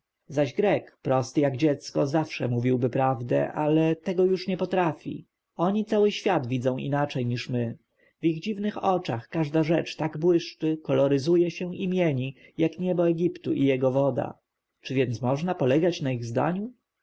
zaś grek prosty jak dziecko zawsze mówiłby prawdę ale tego już nie potrafi oni cały świat widzą inaczej niż my w ich dziwnych oczach każda rzecz tak błyszczy koloryzuje się i mieni jak niebo egiptu i jego woda czy więc można polegać na ich zdaniu